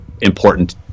important